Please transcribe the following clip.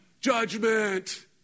judgment